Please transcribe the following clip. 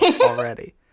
already